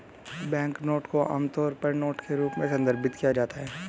banknote को आमतौर पर नोट के रूप में संदर्भित किया जाता है